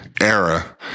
era